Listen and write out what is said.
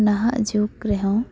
ᱱᱟᱦᱟᱜ ᱡᱩᱜ ᱨᱮᱦᱚᱸ